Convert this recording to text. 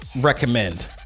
recommend